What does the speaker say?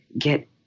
get